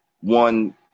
one